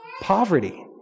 poverty